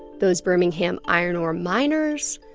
those birmingham iron ore miners?